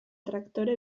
traktore